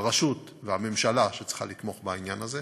הרשות והממשלה שצריכה לתמוך בעניין הזה.